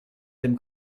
dem